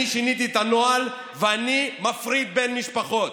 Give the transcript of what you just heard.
אני שיניתי את הנוהל ואני מפריד בין משפחות.